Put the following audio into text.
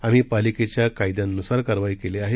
आम्ही पालिकेच्या कायद्यांनुसार कारवाई केली आहे